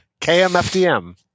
KMFDM